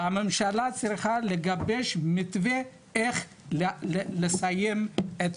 והממשלה צריכה לגבש מתווה איך לסיים את